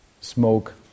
smoke